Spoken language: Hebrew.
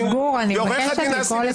גור, אני מבקשת לקרוא לשגית.